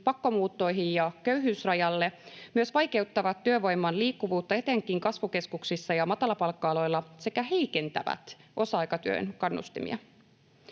pakkomuuttoihin ja köyhyysrajalle, myös vaikeuttavat työvoiman liikkuvuutta etenkin kasvukeskuksissa ja matalapalkka-aloilla sekä heikentävät osa-aikatyön kannustimia.